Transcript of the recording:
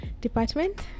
department